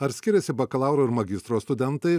ar skiriasi bakalauro ir magistro studentai